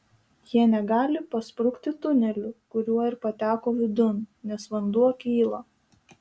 jie negali pasprukti tuneliu kuriuo ir pateko vidun nes vanduo kyla